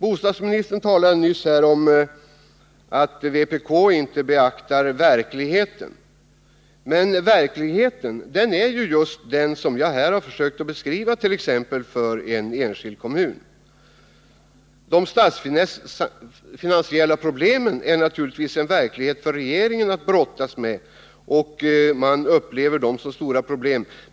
Bostadsministern talade nyss om att vpk inte beaktar verkligheten. Men verkligheten är ju just den som jag nyss har försökt att beskriva i t.ex. fallet med en enskild kommun. De statsfinansiella problemen är naturligtvis en verklighet som regeringen har att brottas med. Man upplever dem som stora problem.